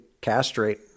castrate